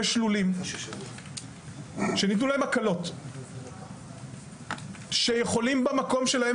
יש לולים שניתנו להם הקלות שיכולים במקום שלהם